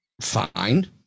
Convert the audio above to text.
Fine